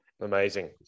Amazing